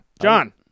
John